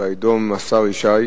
ויידום השר ישי,